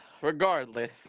Regardless